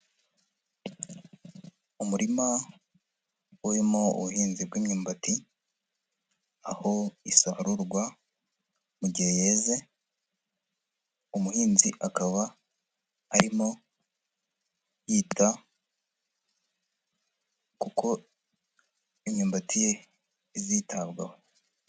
Umurima urimo ubuhinzi bw'imyumbati, aho isarurwa mu gihe yeze. Umuhinzi akaba arimo yita kuko imyumbati ye izitabwaho.